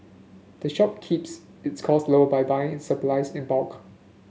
the shop keeps its close low by buying supplies in bulk